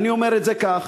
ואני אומר את זה כך.